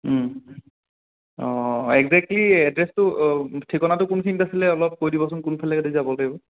অঁ একজেক্টলি এড্ৰেছটো ঠিকনাটো কোনখিনিত আছিলে অলপ কৈ দিবচোন কোন ফালেদি যাব লাগিব